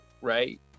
right